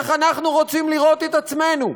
איך אנחנו רוצים לראות את עצמנו,